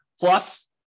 Plus